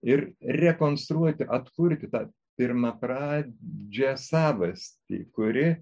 ir rekonstruoti atkurti tą pirmapra džią savastį kuri